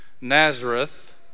Nazareth